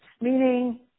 meaning